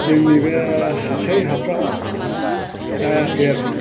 जोंनि बे हाख्राय हाफ्राव जायाखै आरोखि